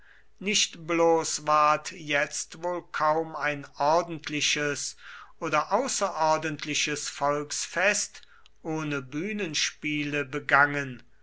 nicht bloß ward jetzt wohl kaum ein ordentliches oder außerordentliches volksfest ohne bühnenspiele begangen